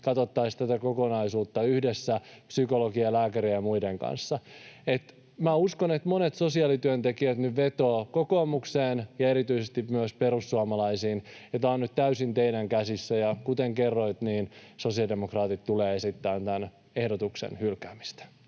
katsottaisiin tätä kokonaisuutta yhdessä psykologien ja lääkäreiden ja muiden kanssa? Minä uskon, että monet sosiaalityöntekijät nyt vetoavat kokoomukseen ja erityisesti myös perussuomalaisiin, ja tämä on nyt täysin teidän käsissänne. Ja kuten kerroin, sosiaalidemokraatit tulevat esittämään tämän ehdotuksen hylkäämistä.